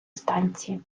станції